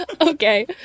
Okay